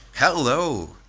Hello